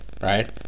Right